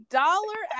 dollar